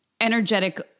energetic